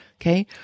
Okay